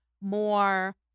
more